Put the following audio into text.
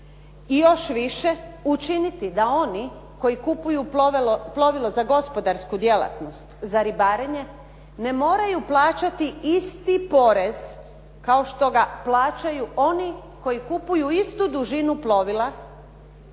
i još više učiniti da oni koji kupuju plovilo za gospodarsku djelatnost, za ribarenje ne moraju plaćati isti porez kao što ga plaćaju oni koji kupuju istu dužinu plovila